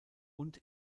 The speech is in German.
und